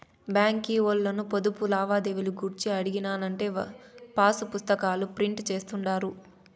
బాంకీ ఓల్లను పొదుపు లావాదేవీలు గూర్చి అడిగినానంటే పాసుపుస్తాకాల ప్రింట్ జేస్తుండారు